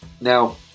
Now